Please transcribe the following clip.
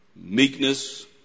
meekness